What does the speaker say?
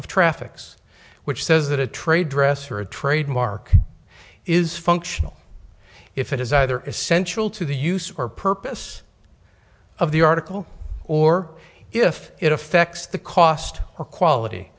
of traffic's which says that a trade dress for a trademark is functional if it is either essential to the use or purpose of the article or if it affects the cost or quality